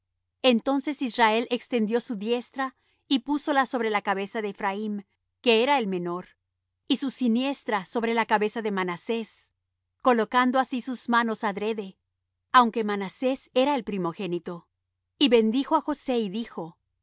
entonces israel extendió su diestra y púsola sobre la cabeza de ephraim que era el menor y su siniestra sobre la cabeza de manasés colocando así sus manos adrede aunque manasés era el primogénito y bendijo á josé y dijo el